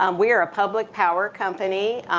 um we're a public power company.